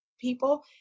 people